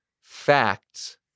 facts